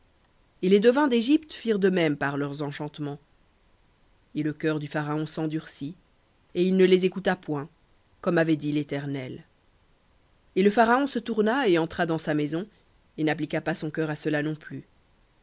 et les devins d'égypte firent de même par leurs enchantements et le cœur du pharaon s'endurcit et il ne les écouta point comme avait dit léternel et le pharaon se tourna et entra dans sa maison et n'appliqua pas son cœur à cela non plus